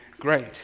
great